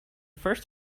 first